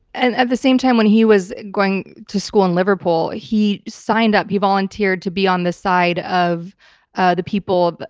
and at the same time, when he was going to school in liverpool, ah he signed up, he volunteered to be on the side of ah the people. but